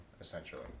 essentially